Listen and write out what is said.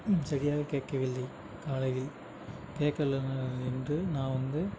சரியாக கேட்கவில்லை காலையில் கேக்கலைன்னு என்று நான் வந்து